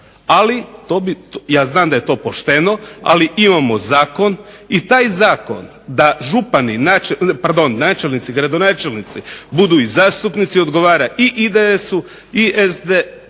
ja znam da je to pošteno. Ali imamo zakon i taj zakon da župani, pardon načelnici, gradonačelnici budu i zastupnici odgovara i IDS-u i SDP-u